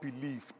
believed